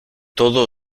todo